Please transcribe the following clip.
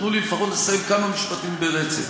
תנו לי לפחות לסיים כמה משפטים ברצף.